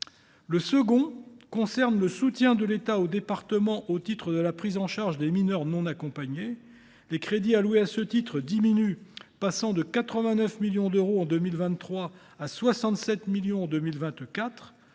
Le second concerne le soutien de l’État aux départements au titre de la prise en charge des mineurs non accompagnés (MNA). Les crédits alloués à ce titre diminuent, passant de 89 millions d’euros en 2023 à 67 millions d’euros